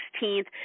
16th